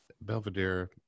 Belvedere